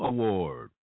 Award